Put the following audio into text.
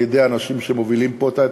על-ידי האנשים שמובילים פה את התהליכים,